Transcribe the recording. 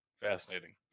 fascinating